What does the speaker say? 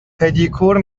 پدیکور